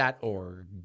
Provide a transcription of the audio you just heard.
org